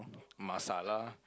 masala lah